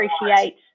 appreciate